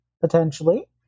potentially